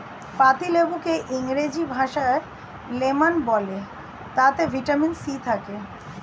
পাতিলেবুকে ইংরেজি ভাষায় লেমন বলে তাতে ভিটামিন সি থাকে